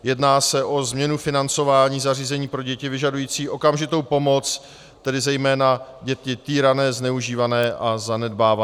Jedná se o změnu financování zařízení pro děti vyžadující okamžitou pomoc, tedy zejména děti týrané, zneužívané a zanedbávané.